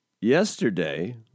yesterday